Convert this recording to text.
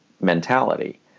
mentality